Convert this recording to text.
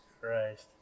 Christ